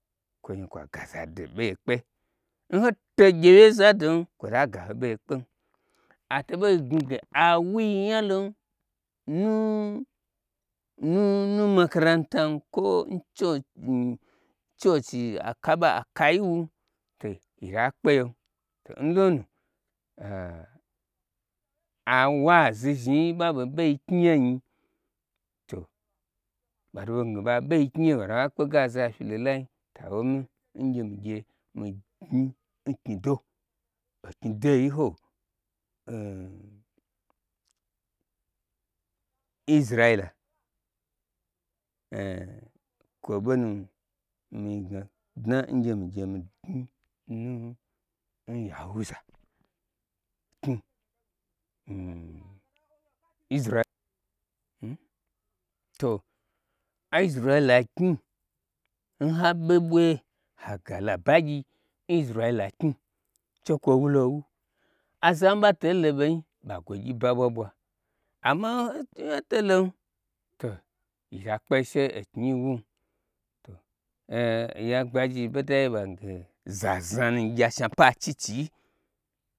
Kwa zhni kwa ga zado ɓeye kpe n ho te gye wye n zadon kwo ta gaho beye kpem ato ɓei gni ge awuyi nyalom makrantan kwo n-n churchi nnn churchi aka ɓe akayi wun to yita kpe yem to nlo nu um a a a awazi zhnii nɓa ɓe ɓeinyi knyi ye nyi to ɓato ɓei gnage ɓa ɓe yi kmyi yem atoɓo ɓa kpege aza fyilo lai awomi ngye migye mi gnyi n knyi do oknyi doyi ho eer isrila kwo benu nmidna n gyemi gyemi gny ya hu za knyi to isiraila knyi n haɓe ɓo ye haga labagyi isirla knyi she kwo wulo n wu aza n ɓatei love nyi ɓa gwo gyi ba mwa mwa amma n hotei lon to yita kpe she eknyii wum oya gbagyi n ɓedai ɓagnage za zna nu gye ashna pa achichii